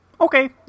Okay